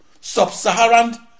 sub-Saharan